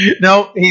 No